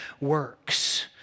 works